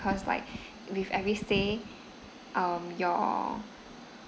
~cause like with every stay um your